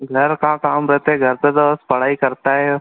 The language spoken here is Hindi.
घर का काम रहता है घर पर तो बस पढ़ाई करता है